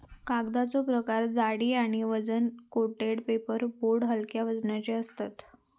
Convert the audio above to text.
कागदाचो प्रकार जाडी आणि वजन कोटेड पेपर बोर्ड हलक्या वजनाचे असतत